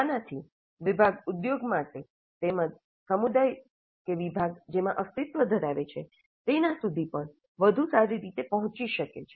આનાથી વિભાગ ઉદ્યોગ માટે તેમજ સમુદાય કે વિભાગ જેમાં અસ્તિત્વ ધરાવે છે તેના સુધી પણ વધુ સારી રીતે પહોંચીશકે છે